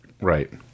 Right